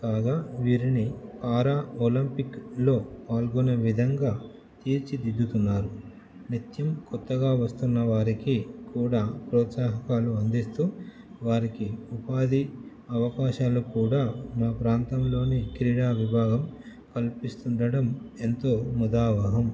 కాగా వీరిని ఆరా ఒలంపిక్లో పాల్గొనే విధంగా తీర్చిదిద్దుతున్నారు నిత్యం కొత్తగా వస్తున్న వారికి కూడా ప్రోత్సాహకాలు అందిస్తు వారికి ఉపాధి అవకాశాలు కూడా మా ప్రాంతంలోని క్రీడా విభాగం కల్పిస్తు ఉండడం ఎంతో ముదావహం